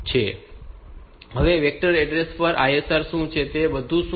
હવે vector address પર આ ISR શું છે અને તે બધું શું છે